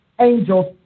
angels